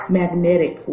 magnetic